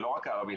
ולא רק הערבית,